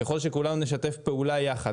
ככל שכולנו נשתף פעולה יחד,